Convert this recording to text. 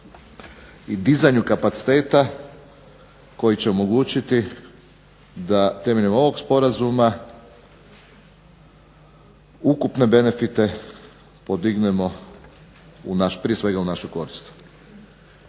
i dizanju kapaciteta, koji će omogućiti da temeljem ovog sporazuma ukupne benefite podignemo u naš, prije svega u našu korist.